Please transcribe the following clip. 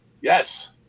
Yes